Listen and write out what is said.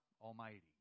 Almighty